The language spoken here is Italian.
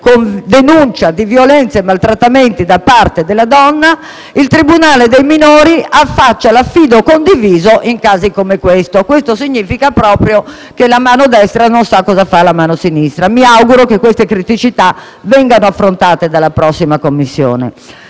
con denuncia di violenza e maltrattamenti da parte della donna, il tribunale dei minori preveda l'affido condiviso. Ciò significa proprio che la mano destra non sa cosa fa la mano sinistra. Mi auguro che queste criticità vengano affrontate dalla prossima Commissione.